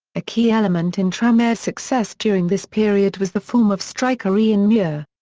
a key element in tranmere's success during this period was the form of striker ian muir.